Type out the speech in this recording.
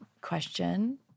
question